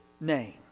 name